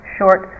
Short